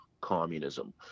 communism